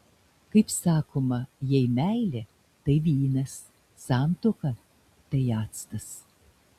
kaip sakoma jei meilė tai vynas santuoka tai actas